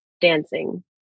dancing